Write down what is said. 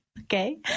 Okay